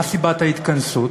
מה סיבת ההתכנסות?